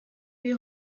est